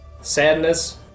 Sadness